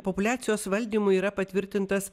populiacijos valdymui yra patvirtintas